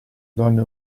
donna